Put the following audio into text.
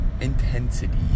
intensity